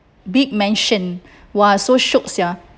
big mansion !wah! so shiok sia